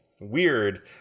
weird